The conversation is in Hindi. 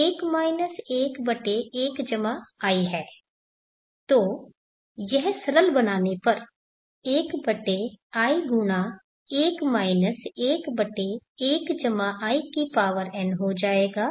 तो यह सरल बनाने पर 1i1 11in हो जाएगा